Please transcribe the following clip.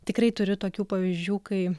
tikrai turiu tokių pavyzdžių kai